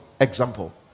example